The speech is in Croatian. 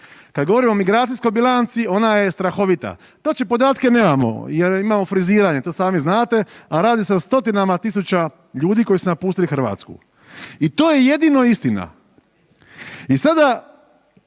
Kad govorimo o migracijskoj bilanci ona je strahovita, točne podatke nemamo jer imamo friziranje, to sami znate, a radi se o 100-tinama tisuća ljudi koji su napustili Hrvatsku. I to je jedino istina. I sada,